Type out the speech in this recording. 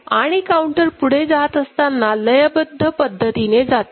आणी काऊंटर पुढे जात असताना लयबद्ध पद्धतीने जातो